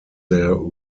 their